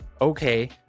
Okay